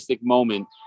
moment